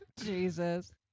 Jesus